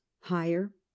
higher